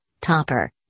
Topper